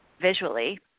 visually